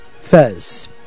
Fez